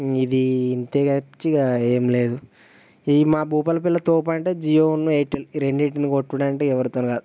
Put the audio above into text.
ఇంక ఇది ఇంతే తప్పించి ఇంక ఏం లేదు ఈ మా భూపాలపల్లిలో తోపంటే జియోను ఎయిర్టెల్ ఈ రెండిటిని కొట్టుడంటే ఎవరితోను కాదు